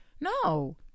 No